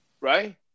right